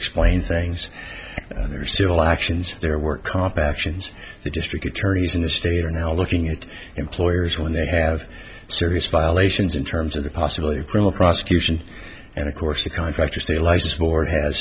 explain things in their civil actions their work comp actions the district attorneys in the state are now looking at employers when they have serious violations in terms of the possibility of criminal prosecution and of course the contractors the license board has